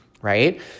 right